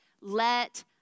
let